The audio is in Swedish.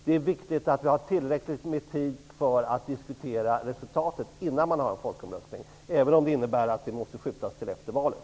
Det är viktigt att ha tillräckligt med tid för att diskutera resultatet innan det blir en folkomröstning -- även om det innebär att man måste skjuta upp omröstningen till efter valet.